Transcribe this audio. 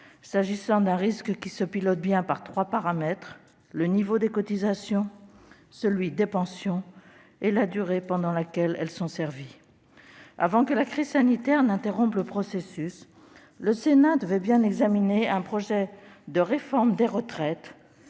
s'agissant d'un risque qui se pilote bien par trois paramètres : le niveau des cotisations, celui des pensions et la durée pendant laquelle elles sont servies. Avant que la crise sanitaire n'interrompe le processus, le Sénat devait bien examiner un projet de réforme des retraites,